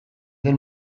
den